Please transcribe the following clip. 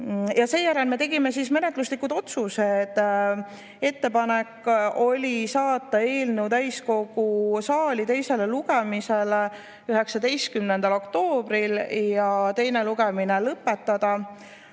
Seejärel me tegime menetluslikud otsused. Ettepanek oli saata eelnõu täiskogu saali teisele lugemisele 19. oktoobril ja teine lugemine lõpetada.